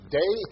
day